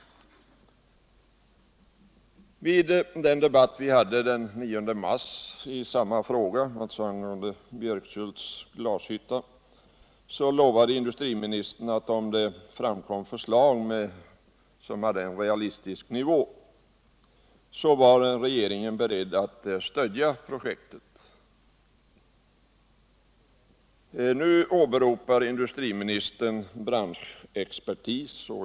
Vid den debatt som vi den 9 mars hade i samma fråga lovade industriministern att regeringen var beredd att stödja projekt om det framkom förslag som hade en realistisk nivå. Nu åberopar industriministern branschexpertis.